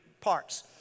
parts